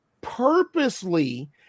purposely